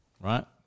right